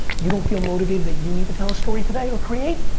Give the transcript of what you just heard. you don't feel motivated that you need to tell a story today or create?